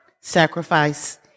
sacrifice